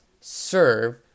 serve